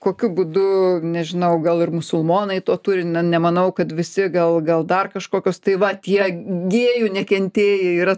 kokiu būdu nežinau gal ir musulmonai to turi ne nemanau kad visi gal gal dar kažkokios tai va tie gėjų nekentėjai yra